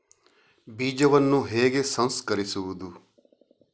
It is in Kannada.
ಬೀಜವನ್ನು ಹೇಗೆ ಸಂಸ್ಕರಿಸುವುದು?